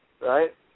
Right